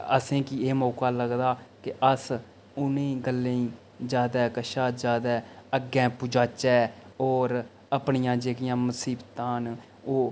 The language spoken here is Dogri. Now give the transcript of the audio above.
असेंगी एह् मौका लगदा कि अस उनें गल्लें गी जादै कशा जादै अग्गें पुजाचै होर अपनियां जेह्कियां मसीबतां न ओह्